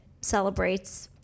celebrates